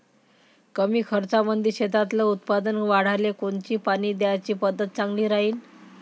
कमी खर्चामंदी शेतातलं उत्पादन वाढाले कोनची पानी द्याची पद्धत चांगली राहीन?